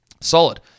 Solid